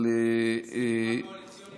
מי אחראי?